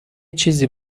چیزی